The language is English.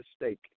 mistake